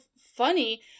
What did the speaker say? funny